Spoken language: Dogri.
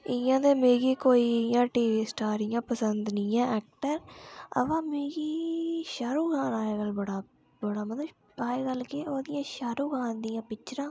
इ'यां ते मिगी कोई टी वी सटार इयां पसंद नेईं ए ऐक्टर ओह्बी मिगी शाहरुक्ख खान अज्जकल बड़ा बड़ा मतलब कि अज्जकल के ओह्दियां शाहरुक्ख खान दियां पिक्चरां